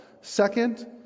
second